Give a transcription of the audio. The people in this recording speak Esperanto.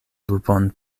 lupon